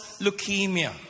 leukemia